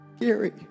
Gary